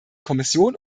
kommission